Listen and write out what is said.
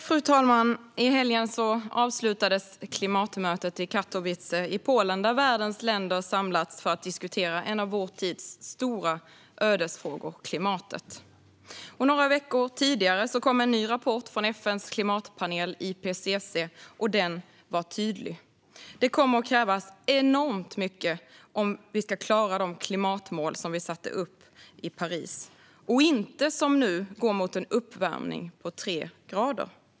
Fru talman! I helgen avslutades klimatmötet i Katowice i Polen, där världens länder samlats för att diskutera en av vår tids stora ödesfrågor, klimatet. Några veckor dessförinnan kom en ny rapport från FN:s klimatpanel IPCC, och den var tydlig: Det kommer att krävas enormt mycket om vi ska klara de klimatmål som sattes upp i Paris, och inte som nu gå mot en uppvärmning på tre grader.